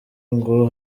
ngo